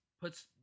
puts